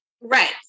right